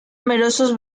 numerosos